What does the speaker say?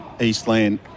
Eastland